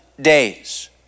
days